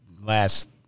last